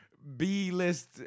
B-list